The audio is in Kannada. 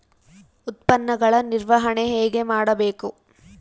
ಉತ್ಪನ್ನಗಳ ನಿರ್ವಹಣೆ ಹೇಗೆ ಮಾಡಬೇಕು?